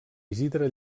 isidre